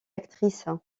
actrice